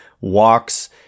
walks